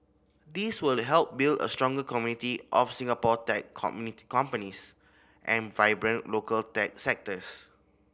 this will help build a stronger community of Singapore tech companies and a vibrant local tech sectors